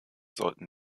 sollten